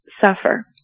suffer